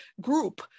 group